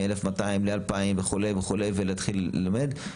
מ-1200 ל-2,000 וכו' וכו' ולהתחיל ללמד,